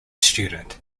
student